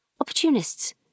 Opportunists